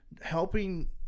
helping